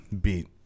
Beat